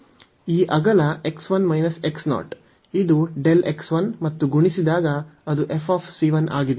ಈ ಅಗಲ x 1 x 0 ಇದು Δx 1 ಮತ್ತು ಗುಣಿಸಿದಾಗ ಅದು f c 1 ಆಗಿದೆ